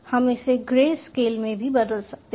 हम इसे grey scale में भी बदल सकते हैं